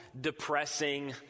depressing